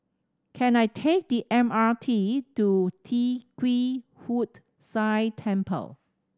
can I take the M R T to Tee Kwee Hood Sia Temple